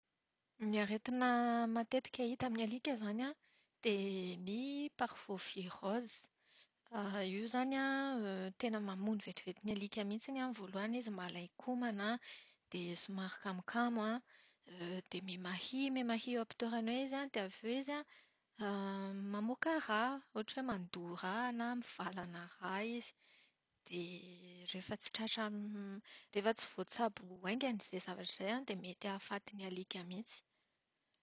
Ny aretina matetika hita amin'ny alika izany an, dia ny parvovirose. Io izany an, tena mamono vetivety ny alika mihitsy an. Amin'ny voalohany izy malain-komana an, dia somary kamokamo an, dia mihamahia mihamahia eo am-pitoerana eo izy an dia avy eo izy an mamoaka rà. Ohatra hoe mandoa rà na mivalana rà izy. Dia rehefa tsy tratra m- rehefa tsy voatsabo hainga izay zavatra izay an, dia mety hahafaty ny alika mihitsy.